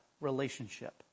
relationship